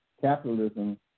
Capitalism